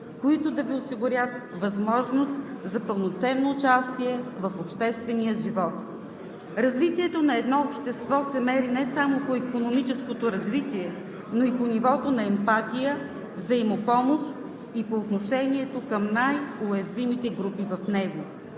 които да Ви осигурят възможност за пълноценно участие в обществения живот. Развитието на едно общество се мери не само по икономическото развитие, но и по нивото на емпатия, взаимопомощ и по отношението към най-уязвимите групи в него.